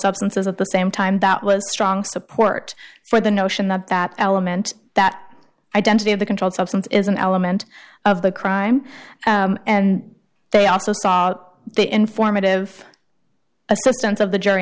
substances of the same time that was strong support for the notion that that element that identity of the controlled substance is an element of the crime and they also sought the informative assistance of the jury